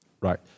Right